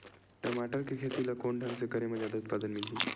टमाटर के खेती ला कोन ढंग से करे म जादा उत्पादन मिलही?